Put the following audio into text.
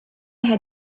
had